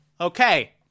okay